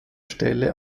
stelle